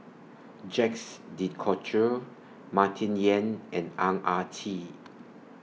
Jacques De Coutre Martin Yan and Ang Ah Tee